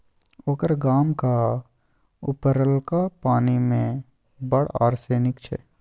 ओकर गामक उपरलका पानि मे बड़ आर्सेनिक छै